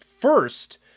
first